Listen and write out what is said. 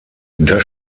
das